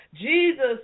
Jesus